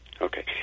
Okay